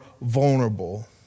vulnerable